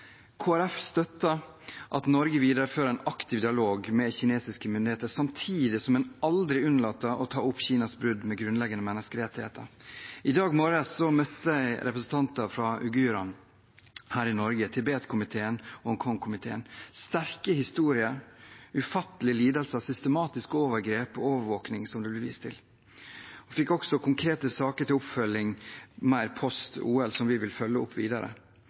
støtter at Norge viderefører en aktiv dialog med kinesiske myndigheter, samtidig som en aldri må unnlate å ta opp Kinas brudd på grunnleggende menneskerettigheter. I dag morges møtte jeg representanter for uigurene her i Norge, Tibet-komiteen og Hongkong-komiteen. Vi fikk sterke historier, og det ble vist til ufattelige lidelser og systematiske overgrep og overvåking. Vi fikk også konkrete saker til oppfølging mer post OL, som vi vil følge opp videre.